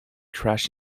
crashed